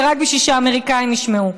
זה רק בשביל שהאמריקאים ישמעו,